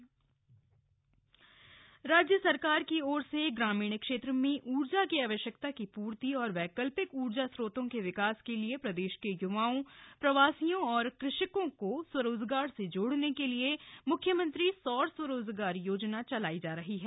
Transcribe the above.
सौर स्वरोजगार योजना राज्य सरकार की ओर से ग्रामीण क्षेत्र में ऊर्जा की आवश्यकता की पृर्ति और वैकल्पिक ऊर्जा स्रोतों के विकास के लिए प्रदेश के युवाओं प्रवासियों और कृषकों को स्वरोजगार से जोड़ने के लिए मुख्यमंत्री सौर स्वरोजगार योजना चलाई जा रही है